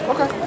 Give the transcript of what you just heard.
Okay